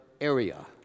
area